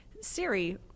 Siri